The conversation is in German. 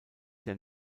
der